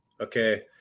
Okay